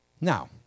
Now